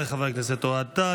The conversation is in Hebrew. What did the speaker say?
תודה לחבר הכנסת אוהד טל.